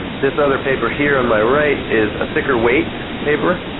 this other paper here in my right is a thicker weight paper,